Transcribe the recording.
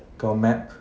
got map